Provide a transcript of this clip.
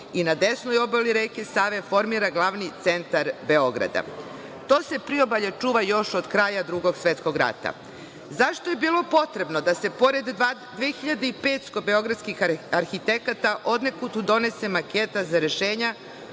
i na desnoj obali reke Save formira glavni centar Beograda? To se priobalje čuva još od kraja Drugog svetskog rata? Zašto je bilo potrebno da se pored 2.500 beogradskih arhitekata odnekud donese maketa za rešenja